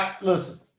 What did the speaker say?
Listen